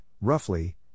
roughly